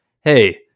Hey